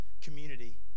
community